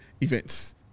events